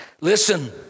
Listen